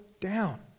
down